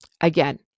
again